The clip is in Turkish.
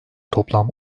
toplam